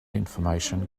information